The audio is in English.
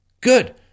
good